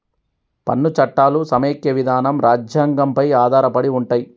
పన్ను చట్టాలు సమైక్య విధానం రాజ్యాంగం పై ఆధారపడి ఉంటయ్